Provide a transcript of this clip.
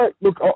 Look